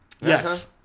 Yes